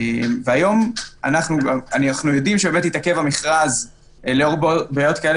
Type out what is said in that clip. היום אנחנו יודעים שבאמת התעכב המכרז לאור בעיות כאלה